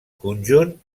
conjunt